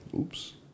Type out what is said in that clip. oops